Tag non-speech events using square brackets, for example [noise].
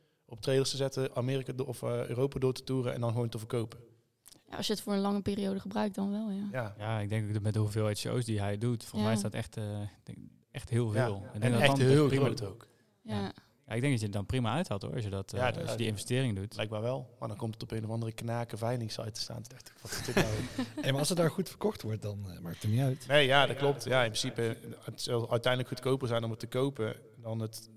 op trailers te zetten, Amerika door- of, eh, Europa door te toeren en dan gewoon te verkopen. Ja, als je het voor een lange periode gebruikt, dan wel, ja. Ja. Ja, ik denk ook dat met de hoeveelheid shows die hij doet, volgens Ja. mij is dat echt, eh, ik denk echt heel veel. Ja. Ik denk En dat echt dan heel prima- groot ook. Ja. Ja. Ja, ik denk dat je het dan prima uit had, hoor, als je dat, Ja, eh, als je die ja. investering doet. Blijkbaar wel. Maar dan komt het op een of andere knake veilingsite te staan. Het is echt, wat is dit nou? [laughs] Hey, maar als het daar goed verkocht wordt, dan, eh, maakt het niet uit. Nee, ja, dat klopt. Ja, in principe, eh, het zal uiteindelijk goedkoper zijn om het te kopen dan het-